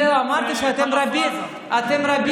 זהו, אמרתי שאתם רבים מדי.